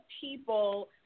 people